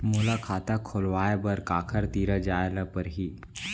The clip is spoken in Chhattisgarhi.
मोला खाता खोलवाय बर काखर तिरा जाय ल परही?